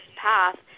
path